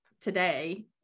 today